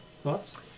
thoughts